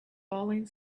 falling